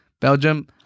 Belgium